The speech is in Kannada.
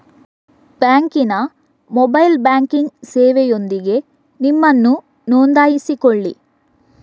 ಬ್ಯಾಂಕಿನ ಮೊಬೈಲ್ ಬ್ಯಾಂಕಿಂಗ್ ಸೇವೆಯೊಂದಿಗೆ ನಿಮ್ಮನ್ನು ನೋಂದಾಯಿಸಿಕೊಳ್ಳಿ